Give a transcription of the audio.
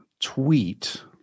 tweet